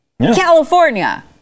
california